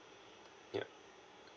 yeah